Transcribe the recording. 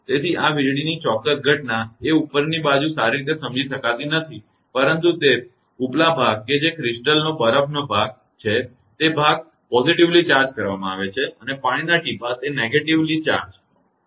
તેથી આ વીજળીની ચોક્કસ ઘટના એ ઉપરની બાજુ સારી રીતે સમજી શકાતી નથી પરંતુ તે ઉપલા ભાગ કે જે ક્રિસ્ટલનો બરફનો ભાગ છે તે ભાગ સકારાત્મક રીતે ચાર્જ કરવામાં આવે છે અને પાણીના ટીપા તે નકારાત્મક રીતે ચાર્જ કરવામાં આવે છે